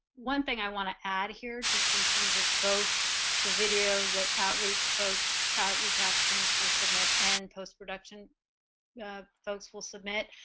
one thing i want to add here just in terms of both the video that outreach folks out reach out pins will submit and post-production the folks will submit